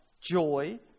joy